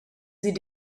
sie